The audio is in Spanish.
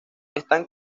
están